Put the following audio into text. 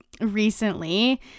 recently